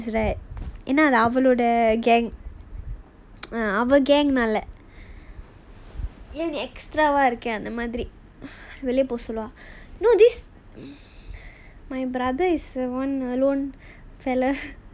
ஏனா அவளோட:yaenaa avaloda no this my brother is the [one] alone fellow